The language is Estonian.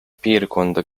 piirkonda